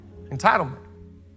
Entitlement